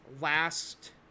last